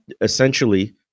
essentially